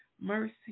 mercy